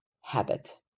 habit